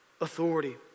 authority